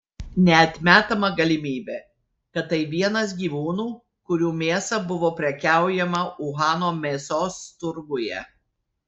neatmetama galimybė kad tai vienas gyvūnų kurių mėsa buvo prekiaujama uhano mėsos turguje